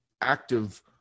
active